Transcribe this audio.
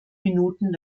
minuten